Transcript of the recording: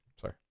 Sorry